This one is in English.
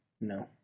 No